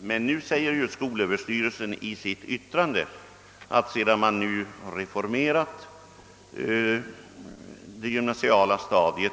Nu säger skolöverstyrelsen i sitt yttrande att sedan man reformerat det gymnasiala stadiet